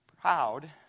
proud